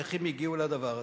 איך הם הגיעו לדבר הזה?